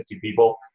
people